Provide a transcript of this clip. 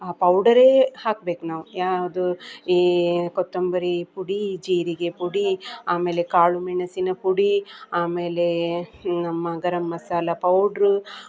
ಆ ಪೌಡರೇ ಹಾಕ್ಬೇಕು ನಾವು ಯಾವುದು ಈ ಕೊತ್ತೊಂಬರಿ ಪುಡಿ ಜೀರಿಗೆ ಪುಡಿ ಆಮೇಲೆ ಕಾಳು ಮೆಣಸಿನ ಪುಡಿ ಆಮೇಲೆ ನಮ್ಮ ಗರಂ ಮಸಾಲಾ ಪೌಡ್ರ್